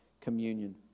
communion